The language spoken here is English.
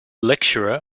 lecturer